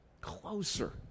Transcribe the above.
Closer